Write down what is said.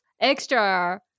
extra